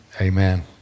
Amen